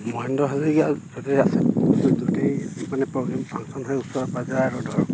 মহেন্দ্ৰ হাজৰিকাৰ য'তে আছে য'তেই মানে প্ৰগ্ৰেম ফাংচন হয় ওচৰ পাঁজৰে আৰু ধৰক